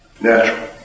Natural